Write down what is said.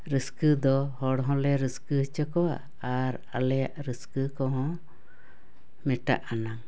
ᱨᱟᱹᱥᱠᱟᱹ ᱫᱚ ᱦᱚᱲ ᱦᱚᱞᱮ ᱨᱟᱹᱥᱠᱟᱹ ᱚᱪᱚ ᱠᱚᱣᱟ ᱟᱨ ᱟᱞᱮᱭᱟᱜ ᱨᱟᱹᱥᱠᱟᱹ ᱠᱚᱦᱚᱸ ᱢᱮᱴᱟ ᱟᱱᱟᱝ